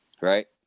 Right